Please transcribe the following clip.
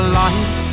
life